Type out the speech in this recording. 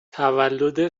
تولد